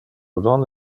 non